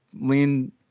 lean